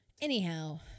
anyhow